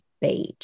beige